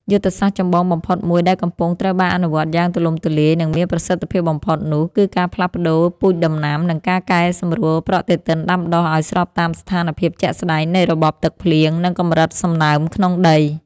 យុទ្ធសាស្ត្រចម្បងបំផុតមួយដែលកំពុងត្រូវបានអនុវត្តយ៉ាងទូលំទូលាយ និងមានប្រសិទ្ធភាពបំផុតនោះ គឺការផ្លាស់ប្តូរពូជដំណាំ និងការកែសម្រួលប្រតិទិនដាំដុះឱ្យស្របតាមស្ថានភាពជាក់ស្តែងនៃរបបទឹកភ្លៀង និងកម្រិតសំណើមក្នុងដី។